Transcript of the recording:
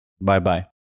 bye-bye